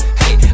hey